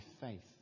faith